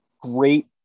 great